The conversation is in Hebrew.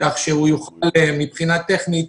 כך שהוא יוכל מבחינה טכנית